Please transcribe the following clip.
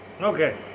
okay